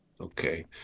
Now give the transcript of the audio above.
okay